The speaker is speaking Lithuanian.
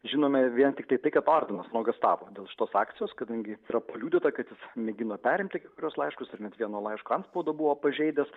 žinome vien tiktai tai kad ordinas nuogąstavo dėl šitos akcijos kadangi yra paliudyta kad jis mėgino perimti kai kuriuos laiškus ir net vieno laiško antspaudą buvo pažeidęs